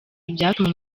ibyatuma